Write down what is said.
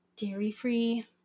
dairy-free